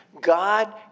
God